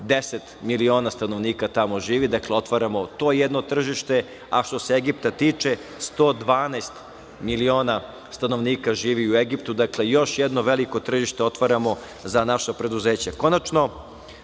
10 miliona stanovnika tamo živi, otvaramo to jedno tržište, a što se Egipta tiče, 112 miliona stanovnika živi u Egiptu. Dakle, još jedno veliko tržište otvaramo za naša preduzeća. Konačno,